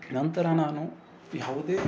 ನಂತರ ನಾನು ಯಾವುದೇ